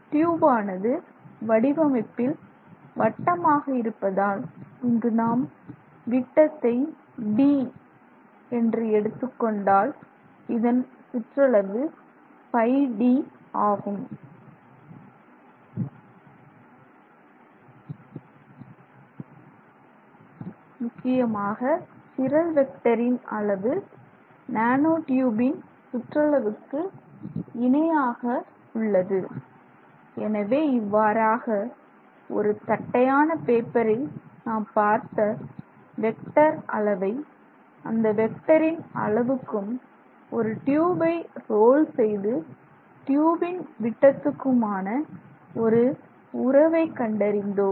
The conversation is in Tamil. டியூப் ஆனது வடிவமைப்பில் வட்டமாக இருப்பதால் இங்கு நாம் விட்டத்தை " D" என்று எடுத்துக் கொண்டால் இதன் சுற்றளவு πD ஆகும் முக்கியமாக சிரல் வெக்டரின் அளவு நானோ ட்யூபின் சுற்றளவுக்கு இணையாக உள்ளது எனவே இவ்வாறாக ஒரு தட்டையான பேப்பரில் நாம் பார்த்த வெக்டர் அளவை அந்த வெக்டரின் அளவுக்கும் ஒரு டியூபை ரோல் செய்து ட்யூபின் விட்டத்துக்கான ஒரு உறவை கண்டறிந்தோம்